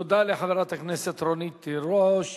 תודה לחברת הכנסת רונית תירוש.